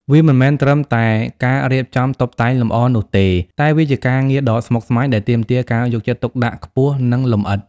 វាមិនមែនត្រឹមតែការរៀបចំតុបតែងលម្អនោះទេ តែវាជាការងារដ៏ស្មុគស្មាញដែលទាមទារការយកចិត្តទុកដាក់ខ្ពស់និងលម្អិត។